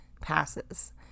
passes